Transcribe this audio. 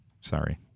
Sorry